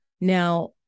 Now